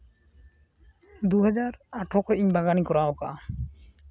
ᱫᱩ ᱦᱟᱡᱟᱨ ᱟᱴᱷᱨᱚ ᱠᱷᱚᱱ ᱤᱧ ᱵᱟᱜᱟᱱᱤᱧ ᱠᱚᱨᱟᱣ ᱠᱟᱜᱼᱟ